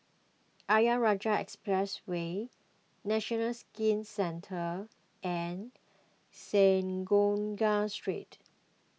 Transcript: Ayer Rajah Expressway National Skin Centre and Synagogue Street